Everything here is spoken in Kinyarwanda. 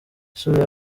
isura